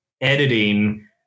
editing